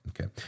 Okay